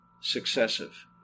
successive